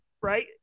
right